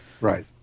Right